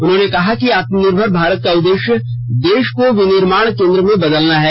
उन्होंने कहा कि आत्मनिर्भर भारत का उद्देश्य देश को विनिर्माण केन्द्र में बदलना है